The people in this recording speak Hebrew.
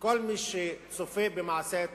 כל מי שצופה במעשי ההתנחלויות,